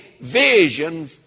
vision